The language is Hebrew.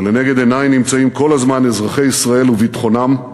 ולנגד עיני נמצאים כל הזמן אזרחי ישראל וביטחונם,